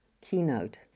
keynote